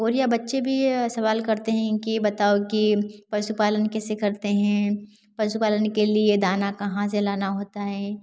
और यह बच्चे भी सवाल करते हैं कि बताओ कि पशुपालन कैसे करते हैं पशुपालन के लिए दाना कहाँ से लाना होता है